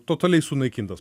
totaliai sunaikintas